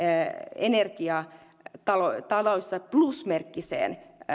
energiataloissa plusmerkkiseen